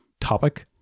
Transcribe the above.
topic